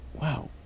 wow